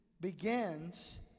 begins